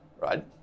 right